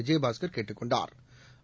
விஜயபாஸ்கா் கேட்டுக் கொண்டாா்